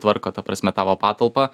tvarko ta prasme tavo patalpą